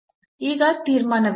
ಈಗ ತೀರ್ಮಾನವೇನು